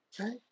right